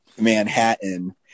Manhattan